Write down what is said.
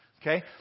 Okay